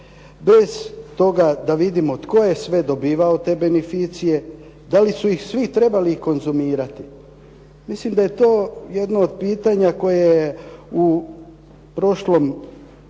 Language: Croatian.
bez toga da vidimo tko je sve dobivao te beneficije, da li su ih svi trebali konzumirati? Mislim da je to jedno od pitanja koje je u prošlom